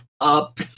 up